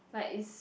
like is